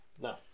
No